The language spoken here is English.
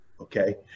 okay